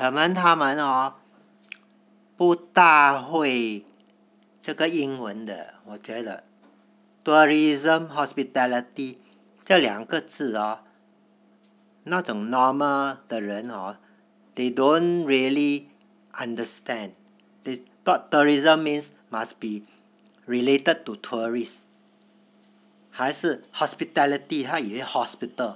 可能他们不大会这个英文的我觉得 tourism hospitality 这两个字 hor 那种 normal 的人 hor they don't really understand they thought tourism must be related to tourists 还是 hospitality 他以为 hospital